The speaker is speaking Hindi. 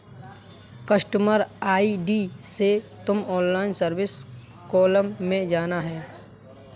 कस्टमर आई.डी से तुम ऑनलाइन सर्विस कॉलम में जाना